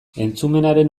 entzumenaren